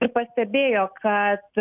ir pastebėjo kad